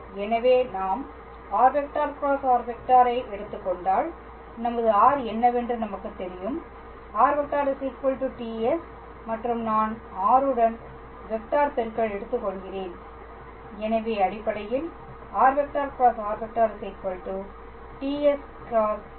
எனவே நாம் r × r ஐ எடுத்துக் கொண்டால் நமது r என்னவென்று நமக்குத் தெரியும் r ts மற்றும் நான் r உடன் வெக்டர் பெருக்கல் எடுத்துக்கொள்கிறேன் எனவே அடிப்படையில் r × r ts × κn̂s2 ts